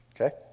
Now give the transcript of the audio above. Okay